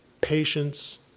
patience